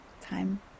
time